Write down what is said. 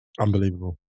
Unbelievable